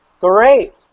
great